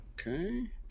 Okay